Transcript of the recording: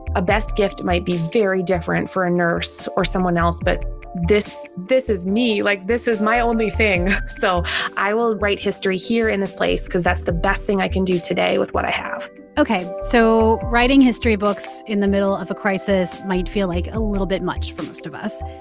a best gift might be very different for a nurse or someone else. but this this is me. like, this is my only thing. so i will write history here in this place because that's the best thing i can do today with what i have ok. so writing history books in the middle of a crisis might feel like a little bit much for most of us,